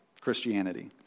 Christianity